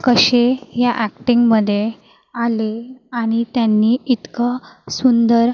कसे या अॅक्टिंगमध्ये आले आणि त्यांनी इतकं सुंदर